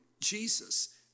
Jesus